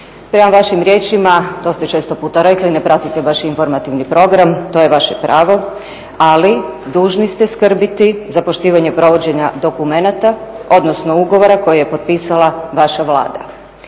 Prema vašim riječima to ste često puta rekli ne pratite baš informativni program, to je vaše pravo ali dužni ste skrbiti za poštivanje provođenja dokumenata odnosno ugovora koji je potpisala vaša Vlada.